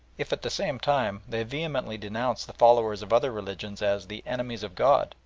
if at the same time they vehemently denounce the followers of other religions as the enemies of god,